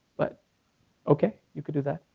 but okay, you could do that,